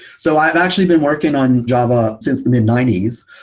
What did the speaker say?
so i've actually been working on java since the mid ninety s.